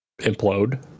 implode